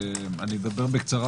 אדבר בקצרה,